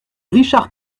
richard